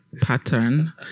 pattern